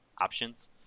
options